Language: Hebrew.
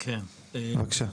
בבקשה.